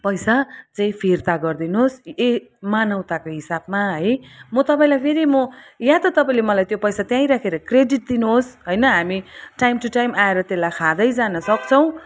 पैसा चाहिँ फिर्ता गरिदिनुहोस् ए मानवताको हिसाबमा है म तपाईँलाई फेरि म या त तपाईँले मलाई त्यो पैसा त्यहीँ राखेर क्रेडिट दिनुहोस् होइन हामी टाइम टु टाइम आएर त्यस्लाई खाँदै जान सक्छौँ